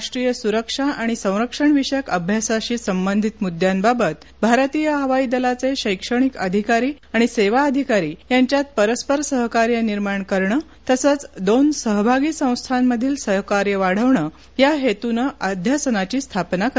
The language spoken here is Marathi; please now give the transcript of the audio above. राष्ट्रीय सुरक्षा आणि संरक्षण विषयक अभ्यासाशी संबंधित मृद्दयांबाबत भारतीय हवाईदलाचे शैक्षणिक अधिकारी आणि सेवा अधिकारी यांच्यात परस्पर सहकार्य निर्माण करणं तसंच दोन सहभागी संस्थांमधील सहकार्य वाढवणं या हेतूनं अध्यासनाची स्थापना करण्यात येत आहे